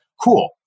cool